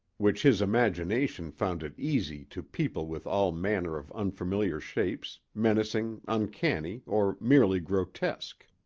which his imagination found it easy to people with all manner of unfamiliar shapes, menacing, uncanny, or merely grotesque.